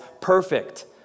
perfect